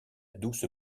douce